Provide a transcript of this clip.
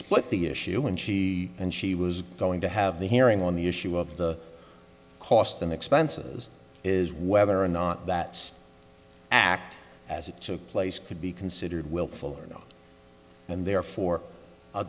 split the issue when she and she was going to have the hearing on the issue of the cost and expenses is whether or not that act as it took place could be considered willful or not and therefore